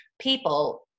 people